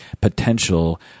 potential